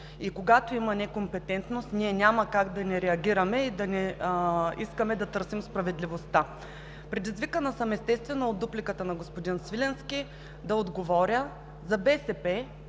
и когато има некомпетентност, ние няма как да не реагираме и да не искаме да търсим справедливостта. Предизвикана съм, естествено, от дупликата на господин Свиленски да отговоря за БСП